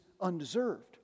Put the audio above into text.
undeserved